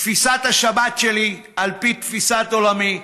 תפיסת השבת שלי, על פי תפיסת עולמי,